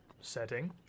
setting